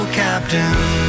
captain